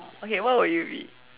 okay what will you be